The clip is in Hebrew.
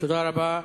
תודה רבה.